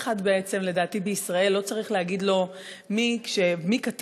אחד בישראל לא צריך להגיד לו מי כתב,